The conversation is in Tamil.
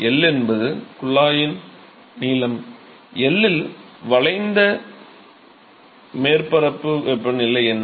L என்பது குழாயின் நீளம் L இல் வளைந்த மேற்பரப்பின் வெப்பநிலை என்ன